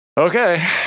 Okay